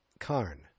Karn